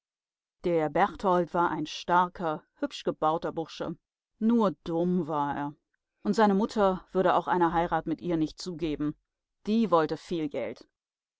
der berthold war ein starker hübsch gebauter bursche nur dumm war er und seine mutter würde auch eine heirat mit ihr nicht zugeben die wollte viel geld